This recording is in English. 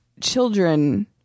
children